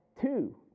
two